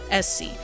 SC